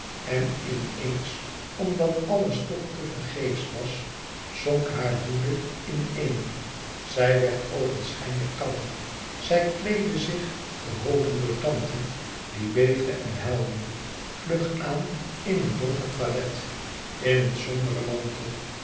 en in eens omdat alles toch tevergeefs was zonk haar woede in een zij werd oogenschijnlijk kalm zij kleedde zich geholpen door tante die beefde en huilde vlug aan in een donker toilet in een somberen mantel